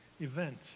event